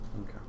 Okay